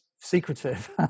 secretive